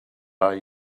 are